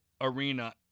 arena